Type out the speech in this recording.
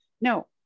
No